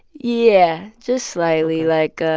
yeah, just slightly. like,